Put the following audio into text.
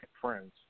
friends